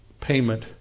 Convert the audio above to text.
payment